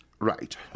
Right